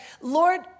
Lord